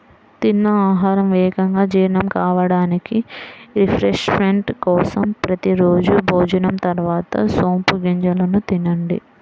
తిన్న ఆహారం వేగంగా జీర్ణం కావడానికి, రిఫ్రెష్మెంట్ కోసం ప్రతి రోజూ భోజనం తర్వాత సోపు గింజలను తినండి